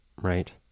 right